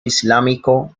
islámico